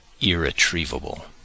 irretrievable